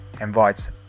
invites